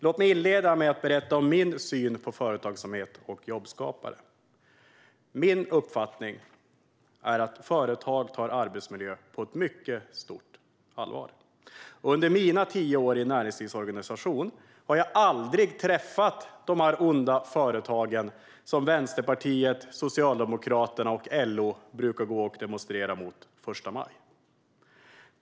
Låt mig inleda med att berätta om min syn på företagsamhet och jobbskapare. Min uppfattning är att företag tar arbetsmiljö på ett mycket stort allvar. Under mina tio år i en näringslivsorganisation har jag aldrig träffat de onda företag som Vänsterpartiet, Socialdemokraterna och LO brukar gå och demonstrera mot på första maj.